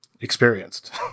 Experienced